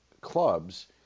clubs